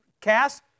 cast